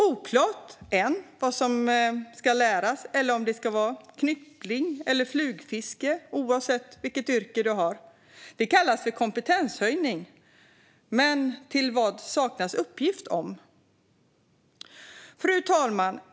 Det är ännu oklart vad som ska läras, om det ska vara knyppling eller flugfiske, oavsett vilket yrke du har. Det kallas för kompetenshöjning, men till vad saknas uppgift om. Fru talman!